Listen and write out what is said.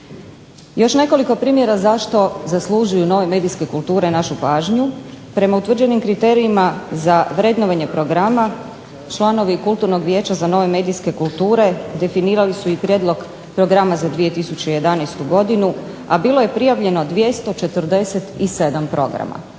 Još nekoliko primjera zašto zaslužuju nove medijske kulture našu pažnju. Prema utvrđenim kriterijima za vrednovanje programa, članovi kulturnog Vijeća za nove medijske kulture definirali su i prijedlog programa za 2011. godinu, a bilo je prijavljeno 247 programa.